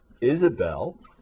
Isabel